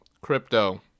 crypto